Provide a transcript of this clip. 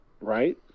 Right